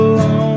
alone